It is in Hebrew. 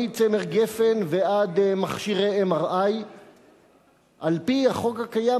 מצמר-גפן ועד מכשירי MRI. על-פי החוק הקיים,